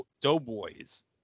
Doughboys